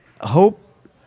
hope